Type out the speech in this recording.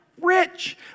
rich